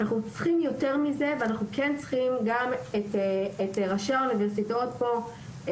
אנחנו צריכים יותר מזה ואנחנו כן צריכים גם את ראשי האוניברסיטאות פה,